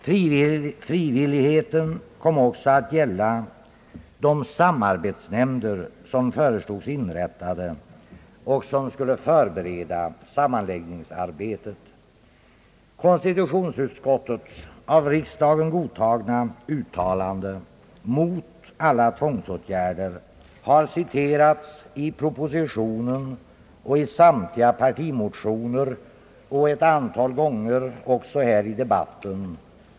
Frivilligheten kom också att gälla de samarbetsnämnder som föreslogs inrättade och som skulle förbereda sammanläggningsarbetet. Konstitutionsutskottets av riksdagen godtagna uttalande mot alla tvångsåtgärder har citerats i propositionen, i samtliga partimotioner och ett antal gånger också här i debatten.